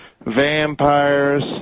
vampires